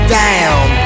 down